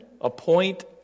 appoint